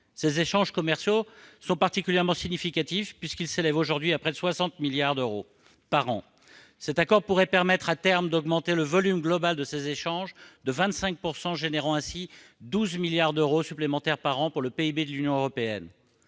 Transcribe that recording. Ces échanges commerciaux sont particulièrement significatifs. Ils s'élèvent aujourd'hui à près de 60 milliards d'euros par an. À terme, l'accord pourrait permettre d'augmenter le volume global de ces échanges de 25 %, soit 12 milliards d'euros supplémentaires par an pour le PIB de l'Union européenne.